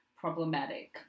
problematic